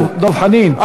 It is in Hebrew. חבר הכנסת דב חנין,